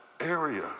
area